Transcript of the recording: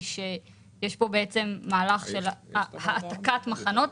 היא שבעצם יש פה בעצם מהלך של העתקת מחנות,